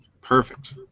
Perfect